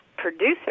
Producer